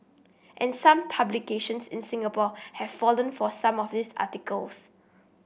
and some publications in Singapore have fallen for some of these articles